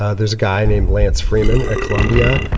ah there's a guy named lance freeman, a columbia,